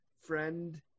friend